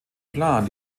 plan